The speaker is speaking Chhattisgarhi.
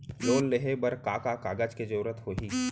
लोन लेहे बर का का कागज के जरूरत होही?